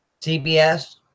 CBS